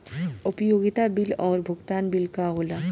उपयोगिता बिल और भुगतान बिल का होला?